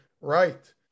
right